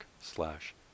slash